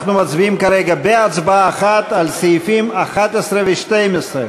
אנחנו מצביעים כרגע בהצבעה אחת על סעיפים 11 ו-12.